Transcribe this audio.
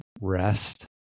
rest